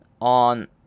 on